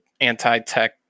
anti-tech